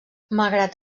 malgrat